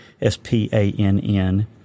S-P-A-N-N